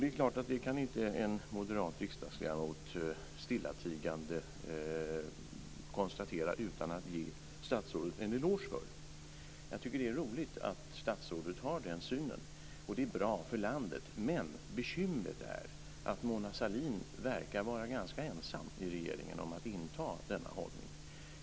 Det är klart att en moderat riksdagsledamot inte stillatigande kan konstatera detta utan att ge statsrådet en eloge för det. Jag tycker att det är roligt att statsrådet har den synen, och det är bra för landet. Men bekymret är att Mona Sahlin verkar vara ganska ensam i regeringen om att inta denna hållning.